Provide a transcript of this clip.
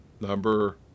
number